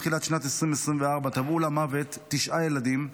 מתחילת שנת 2024 טבעו למוות תשעה ילדים,